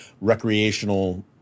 recreational